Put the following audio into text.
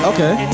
Okay